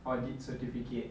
audit certificate